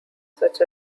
such